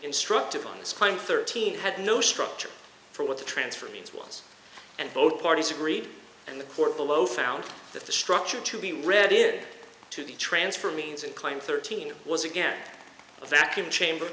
instructive on this claim thirteen had no structure for what the transfer means was and both parties agreed and the court below found that the structure to be readed to the transfer means it claimed thirteen was again a vacuum chamber